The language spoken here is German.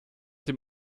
dem